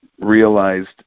realized